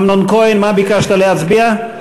אמנון כהן, מה ביקשת להצביע?